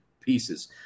pieces